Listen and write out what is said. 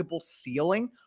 ceiling